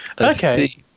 Okay